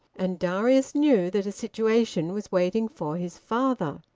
and darius knew that a situation was waiting for his father.